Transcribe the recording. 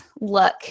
look